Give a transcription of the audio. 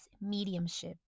mediumship